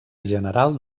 general